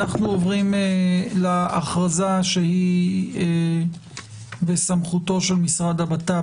אנחנו עוברים להכרזה שהיא בסמכותו של משרד הבט"פ